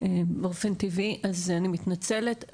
באופן טבעי, אז אני מתנצלת.